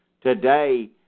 Today